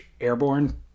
Airborne